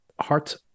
heart